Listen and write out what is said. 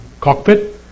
cockpit